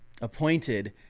appointed